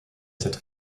cette